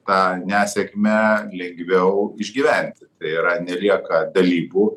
tą nesėkmę lengviau išgyventi tai yra nelieka dalybų